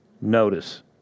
Notice